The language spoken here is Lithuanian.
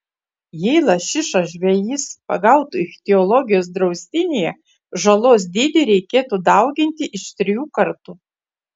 jei lašišą žvejys pagautų ichtiologijos draustinyje žalos dydį reikėtų dauginti iš trijų kartų